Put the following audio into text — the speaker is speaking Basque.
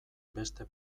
beste